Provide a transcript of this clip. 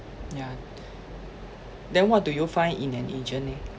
yeah then what do you find in an agent eh